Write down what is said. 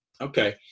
Okay